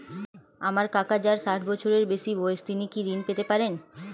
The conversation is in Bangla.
আমার কাকা যার ষাঠ বছরের বেশি বয়স তিনি কি ঋন পেতে পারেন?